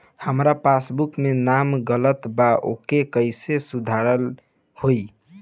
हमार पासबुक मे नाम गलत बा ओके कैसे सुधार होई?